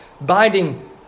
binding